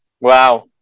Wow